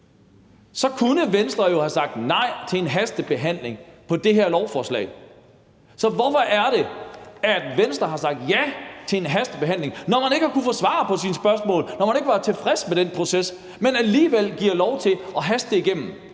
så kunne Venstre jo have sagt nej til en hastebehandling af det her lovforslag. Så hvorfor er det, at Venstre har sagt ja til en hastebehandling, når man ikke har kunnet få svar på sine spørgsmål; når man ikke var tilfreds med den proces? Hvorfor giver man alligevel lov til at haste det igennem?